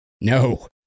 No